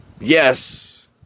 yes